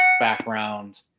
background